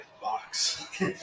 box